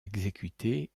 exécutés